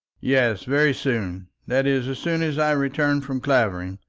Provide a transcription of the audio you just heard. yes, very soon that is, as soon as i return from clavering.